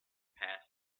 past